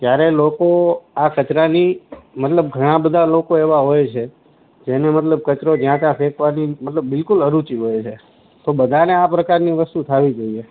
જયારે લોકો આ કચરાની મતલબ ઘણા બધા લોકો એવા હોય છે જેને મતલબ કચરો જ્યાં ત્યાં ફેંકવાથી મતલબ બિલકુલ અરૂચિ હોય છે તો બધાને આ પ્રકારની વસ્તુ થવી જોઈએ